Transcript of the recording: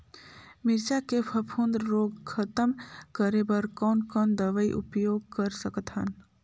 मिरचा के फफूंद रोग खतम करे बर कौन कौन दवई उपयोग कर सकत हन?